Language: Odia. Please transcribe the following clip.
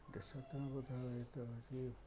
ଦେଶାତ୍ମବୋଧ ଗୀତ ହେଉଛି